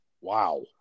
Wow